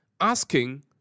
asking